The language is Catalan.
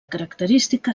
característica